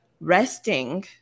resting